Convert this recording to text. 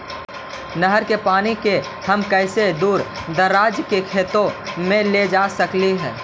नहर के पानी के हम कैसे दुर दराज के खेतों में ले जा सक हिय?